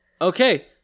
Okay